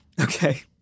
Okay